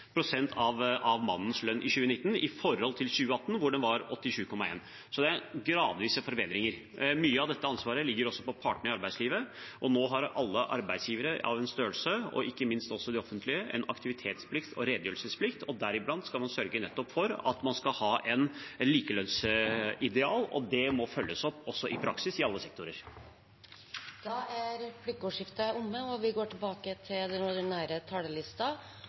av mannens lønn i 2019 i forhold til 87,1 pst. i 2018. Det er gradvise forbedringer. Mye av dette ansvaret ligger også på partene i arbeidslivet, og nå har alle arbeidsgivere av en viss størrelse, ikke minst de offentlige, en aktivitetsplikt og redegjørelsesplikt. Deriblant skal man nettopp sørge for å ha et likelønnsideal, og det må følges opp i praksis i alle sektorer. Replikkordskiftet er omme.